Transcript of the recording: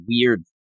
weird